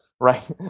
right